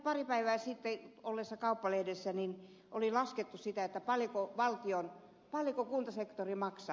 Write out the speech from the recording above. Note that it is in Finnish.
pari päivää sitten kauppalehdessä oli laskettu paljonko kuntasektori maksaa